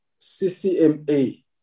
CCMA